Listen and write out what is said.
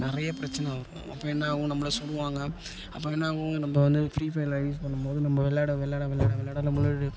நிறைய பிரச்சனை வரும் அப்போ என்னாகும் நம்மள சுடுவாங்க அப்போ என்னாகும் நம்ம வந்து ஃப்ரீஃபயரில் யூஸ் பண்ணும் போது நம்ம விளாட விளாட விளாட விளாட நம்மளோடய